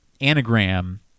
anagram